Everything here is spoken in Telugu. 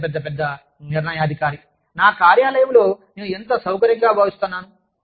పెద్ద పెద్ద పెద్ద పెద్ద నిర్ణయాధికారి నా కార్యాలయంలో నేను ఎంత సౌకర్యంగా భావిస్తున్నాను